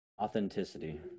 Authenticity